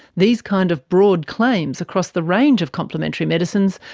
these kind of broad claims, across the range of complementary medicines,